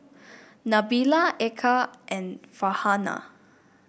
Nabila Eka and Farhanah